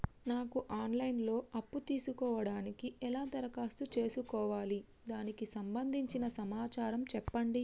నాకు online లో అప్పు తీసుకోవడానికి ఎలా దరఖాస్తు చేసుకోవాలి దానికి సంబంధించిన సమాచారం చెప్పండి?